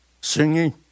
singing